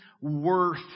worth